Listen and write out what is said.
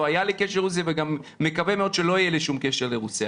לא היה לי קשר לרוסיה וגם מקווה מאוד שלא יהיה לי שום קשר לרוסיה.